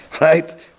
Right